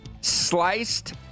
sliced